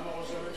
למה ראש הממשלה,